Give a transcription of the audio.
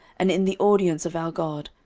and in the audience of our god,